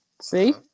See